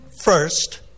first